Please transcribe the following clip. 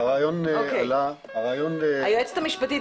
היועצת המשפטית,